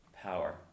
power